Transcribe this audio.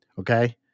Okay